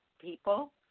people